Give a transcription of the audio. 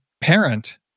parent